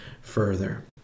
further